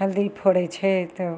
हल्दी फोड़य छै तऽ